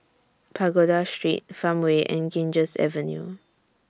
Pagoda Street Farmway and Ganges Avenue